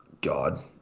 God